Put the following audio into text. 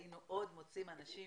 היינו מוצאים עוד אנשים